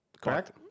Correct